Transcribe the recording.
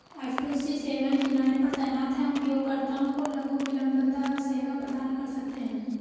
F two C सेवाएं किनारे पर तैनात हैं, उपयोगकर्ताओं को लघु विलंबता सेवा प्रदान कर सकते हैं